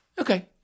Okay